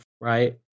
right